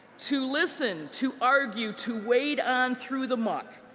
to listen to argue, to wade on through the muck,